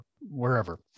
wherever